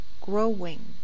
growing